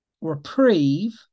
reprieve